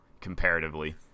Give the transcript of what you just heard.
comparatively